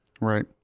right